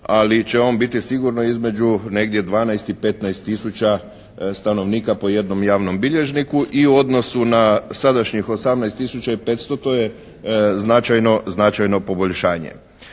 ali će on biti sigurno između negdje 12 i 15 tisuća stanovnika po jednom javnom bilježniku i u odnosu na sadašnjih 18 tisuća i 500 to je značajno poboljšanje.